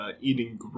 eating